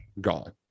gone